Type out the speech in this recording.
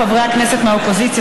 חברי הכנסת מהאופוזיציה,